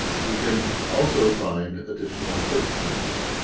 you can also find additional search terms